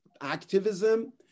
activism